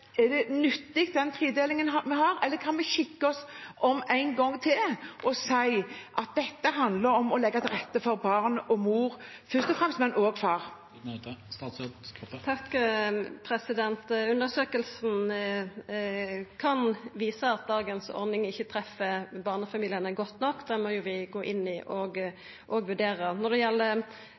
Er den tredelingen vi har, nyttig, eller skal vi se oss om én gang til og si: Dette handler om å legge til rette for barn og mor, først og fremst, men også for far. Undersøkinga kan visa at dagens ordning ikkje treff barnefamiliane godt nok. Det må vi gå inn og vurdera. Når det